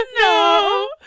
no